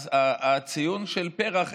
הציון של פר"ח,